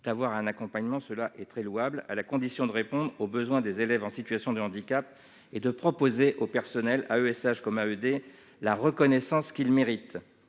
d'avoir un accompagnement, cela est très louable à la condition d'répondent aux besoins des élèves en situation de handicap et de proposer au personnel à AESH comme à ED, la reconnaissance qu'il mérite